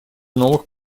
новых